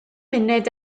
munud